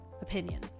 opinion